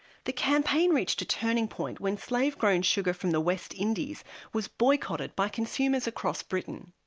the campaign reached a turning point when slave-grown sugar from the west indies was boycotted by consumers across britain.